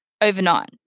overnight